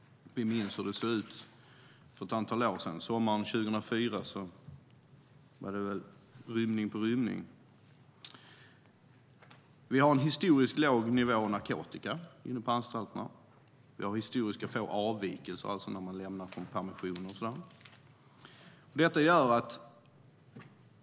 Vi minns hur det såg ut för ett antal år sedan. Sommaren 2004 var det väl rymning på rymning. Vi har en historiskt låg nivå av narkotika inne på anstalterna. Vi har historiskt få avvikelser, det vill säga när man lämnar från permissioner.